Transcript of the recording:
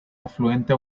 afluente